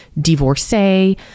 divorcee